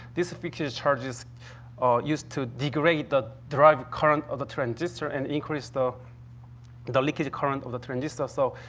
these fixed charges used to degrade the drive current of a transistor and increase the the leakage current of a transistor. so,